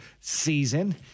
season